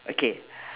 okay